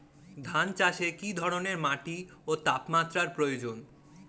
ধান চাষে কী ধরনের মাটি ও তাপমাত্রার প্রয়োজন?